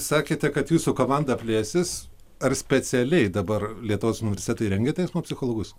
sakėte kad jūsų komanda plėsis ar specialiai dabar lietuvos universitetai rengia teismo psichologus